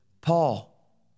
Paul